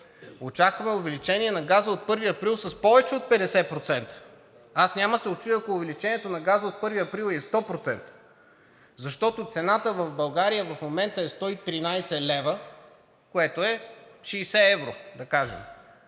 очакваме увеличение на газа от 1 април с повече от 50%. Няма да се учудя, ако увеличението на газа от 1 април е и 100%, защото цената в България в момента е 113 лв., което е 60 евро, да кажем.